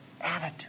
attitude